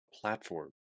platform